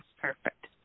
perfect